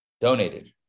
donated